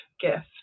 gift